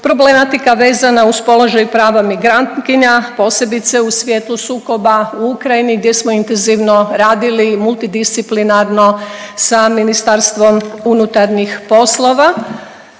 problematika vezana uz položaj prava migrantkinja, posebice u svijetu sukoba u Ukrajini gdje smo intenzivno radili, multidisciplinarno sa Ministarstvom unutarnjih poslova